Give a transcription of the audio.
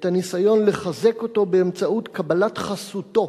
את הניסיון לחזק אותו באמצעות קבלת חסותו